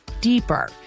deeper